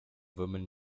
woman